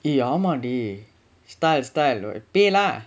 eh ஆமா:aamaa dey style style PayLah